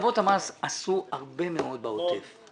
הטבות המס עשו הרבה מאוד בעוטף.